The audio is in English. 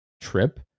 trip